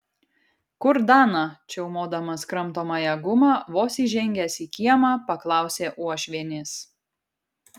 kur dana čiaumodamas kramtomąją gumą vos įžengęs į kiemą paklausė uošvienės